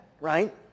right